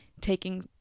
taking